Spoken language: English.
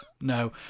No